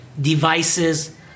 devices